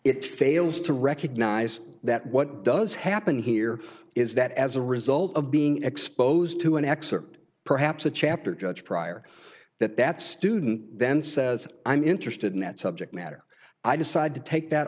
it fails to recognize that what does happen here is that as a result of being exposed to an excerpt perhaps a chapter judged prior that that student then says i'm interested in that subject matter i decide to take that